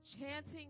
chanting